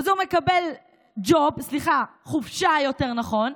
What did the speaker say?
אז הוא מקבל ג'וב, סליחה, חופשה, יותר נכון,